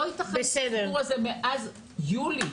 ייתכן שהסיפור הזה ממתין לפתרון מאז יולי.